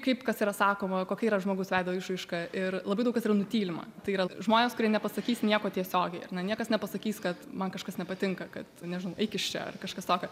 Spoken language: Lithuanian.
kaip kas yra sakoma kokia yra žmogaus veido išraiška ir labai daug kas yra nutylima tai yra žmonės kurie nepasakys nieko tiesiogiai ar ne niekas nepasakys kad man kažkas nepatinka kad nežinau eik iš čia ar kažkas tokio